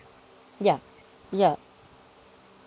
yeah yeah